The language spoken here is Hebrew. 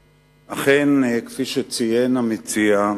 אכן, כפי שציין המציע,